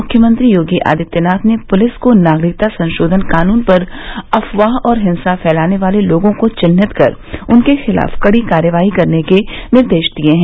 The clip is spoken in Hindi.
मुख्यमंत्री योगी आदित्यनाथ ने पुलिस को नागरिकता संशोधन कानून पर अफवाह और हिंसा फैलाने वाले लोगों को चिन्हित कर उनके खिलाफ कड़ी कार्रवाई करने के निर्देश दिए हैं